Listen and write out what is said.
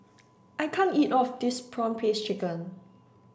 I can't eat of this prawn paste chicken